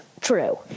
true